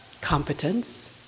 competence